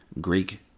greek